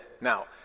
Now